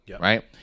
right